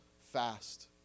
fast